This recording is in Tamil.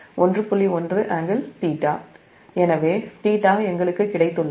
1∟∟𝛉 எனவே θ நமக்கு கிடைத்துள்ளது